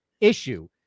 issue